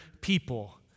people